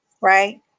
Right